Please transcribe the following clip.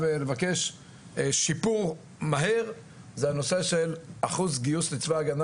לבקש שיפור מהר זה הנושא של אחוז גיוס לצבא הגנה